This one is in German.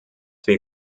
wir